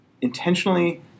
intentionally